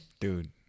Dude